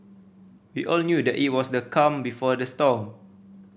we all knew that it was the calm before the storm